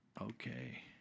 Okay